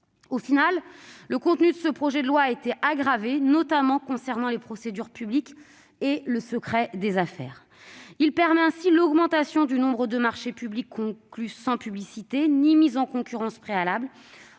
Au final, le contenu de ce projet de loi a été aggravé, notamment concernant les procédures publiques et le secret des affaires. Ce texte permet ainsi l'augmentation du nombre de marchés publics conclus sans publicité ni mise en concurrence préalables,